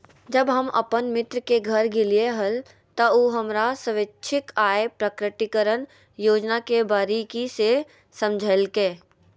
जब हम अपन मित्र के घर गेलिये हल, त उ हमरा स्वैच्छिक आय प्रकटिकरण योजना के बारीकि से समझयलकय